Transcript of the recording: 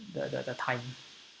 the the the time